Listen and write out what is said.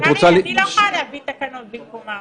אני לא יכולה להביא תקנות במקומם.